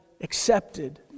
accepted